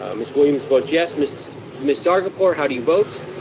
um miss williams votes yes. miss miss zargarpur, how do you vote?